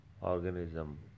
organism